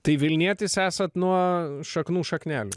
tai vilnietis esat nuo šaknų šaknelių